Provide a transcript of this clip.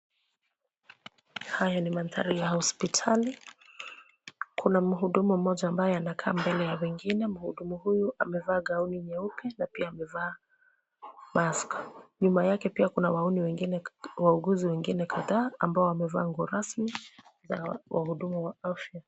Haya ni mandhari ya hospitali, kuna mhudumu mmoja ambaye anakaa mbele ya wengine, mhudumu huyu amevaa gauni nyeupe na pia amevaa mask. Nyuma yake pia kuna wauguzi wengine kadhaa ambao wamevaa nguo rasmi za wahudumu wa afya.